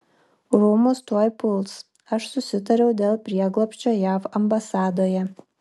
rūmus tuoj puls aš susitariau dėl prieglobsčio jav ambasadoje